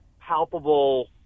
palpable